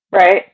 right